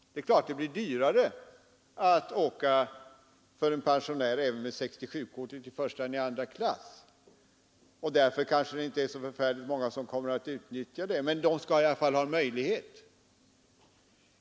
Det är klart att det blir dyrare att resa för pensionärer, även med 67-kort, i första än i andra klass, och därför kanske inte så särskilt många kommer att göra det, men de skall i alla fall ha möjligheten.